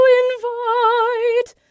invite